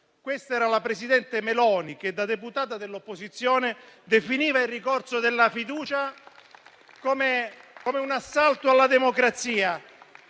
con cui la presidente Meloni, da deputata dell'opposizione, definiva il ricorso alla fiducia come un assalto alla democrazia.